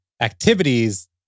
activities